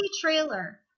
trailer